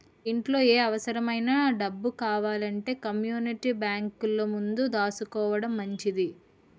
ఇంట్లో ఏ అవుసరమైన డబ్బు కావాలంటే కమ్మూనిటీ బేంకులో ముందు దాసుకోడం మంచిది